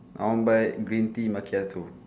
I want buy green tea macchiato